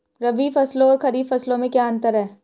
रबी फसलों और खरीफ फसलों में क्या अंतर है?